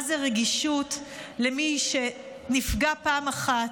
מה זו רגישות למי שנפגע פעם אחת,